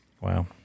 Wow